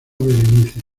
berenice